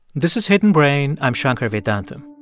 this is hidden brain. i'm shankar vedantam.